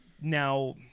now